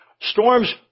Storms